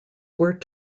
were